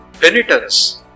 penitence